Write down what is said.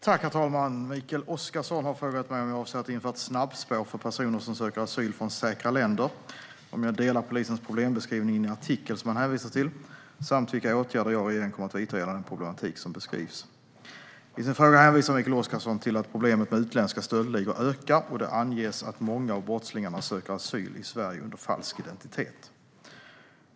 Herr talman! Mikael Oscarsson har frågat mig om jag avser att införa ett snabbspår för personer som söker asyl från "säkra länder", om jag delar polisens problembeskrivning i en artikel som han hänvisar till samt vilka åtgärder jag och regeringen kommer att vidta gällande den problematik som beskrivs. I sin fråga hänvisar Mikael Oscarsson till att problemet med utländska stöldligor ökar, och det anges att många av brottslingarna söker asyl i Sverige under falsk identitet.